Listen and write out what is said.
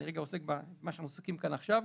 אני כרגע עוסק במה שאנחנו עוסקים כאן עכשיו,